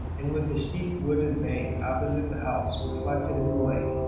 and with the steep wooded bank opposite the house reflected in the lake,